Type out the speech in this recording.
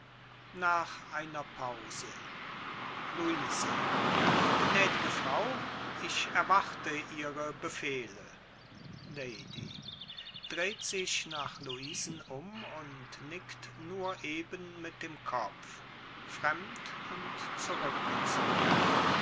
luise gnädige frau ich erwarte ihre befehle lady dreht sich nach luisen um und nickt nur eben mit dem kopfe